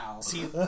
See